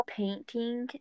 painting